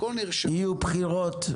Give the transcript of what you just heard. יהיו בחירות,